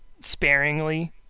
sparingly